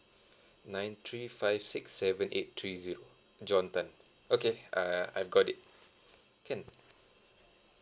nine three five six seven eight three zero john tan okay I I I've got it can